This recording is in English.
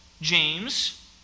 James